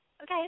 Okay